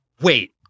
Wait